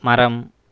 மரம்